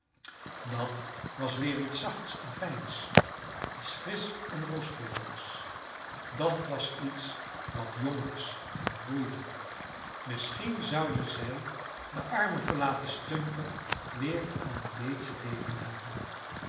dat was weer iets zachts en fijns iets frisch en rooskleurigs dat was iets wat jong was en groeide misschien zouden zij den armen verlaten stumper weer aan een beetje leven helpen